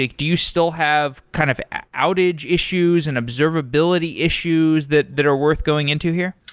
like do you still have kind of outage issues and observability issues that that are worth going into here?